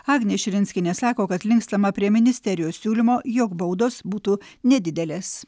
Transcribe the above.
agnė širinskienė sako kad linkstama prie ministerijos siūlymo jog baudos būtų nedidelės